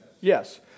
Yes